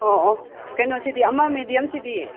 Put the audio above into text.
ꯑꯣ ꯑꯣ ꯀꯩꯅꯣ ꯁꯤꯗꯤ ꯑꯃ ꯃꯦꯗꯤꯌꯝꯁꯤꯗꯤ